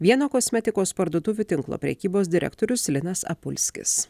vieno kosmetikos parduotuvių tinklo prekybos direktorius linas apulskis